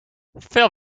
veel